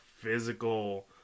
physical